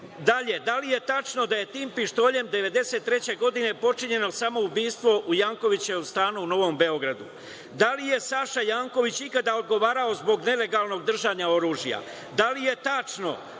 da li je tačno da je tim pištoljem 1993. godine počinjeno samoubistvo u Jankovićevom stanu na Novom Beogradu? Da li je Saša Janković ikada odgovarao zbog nelegalnog držanja oružja? Da li je tačno